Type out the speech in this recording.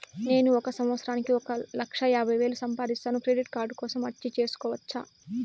నేను ఒక సంవత్సరానికి ఒక లక్ష యాభై వేలు సంపాదిస్తాను, క్రెడిట్ కార్డు కోసం అర్జీ సేసుకోవచ్చా?